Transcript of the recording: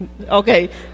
Okay